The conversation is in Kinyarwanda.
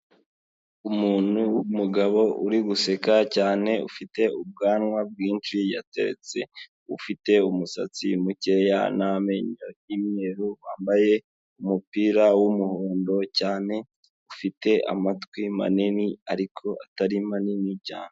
Umuntu w'umugabo uri guseka cyane ufite ubwanwa bwinshi yateretse, ufite umusatsi mukeya n'amenyo y'imyeru, wambaye umupira w'umuhondo cyane ufite amatwi manini ariko atari manini cyane.